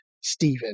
Stephen